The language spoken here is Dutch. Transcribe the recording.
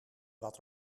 wat